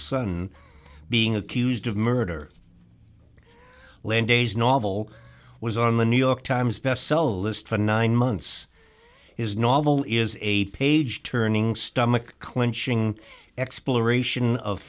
son being accused of murder len days novel was on the new york times bestseller list for nine months is novel is eight page turning stomach clenching exploration of